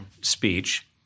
speech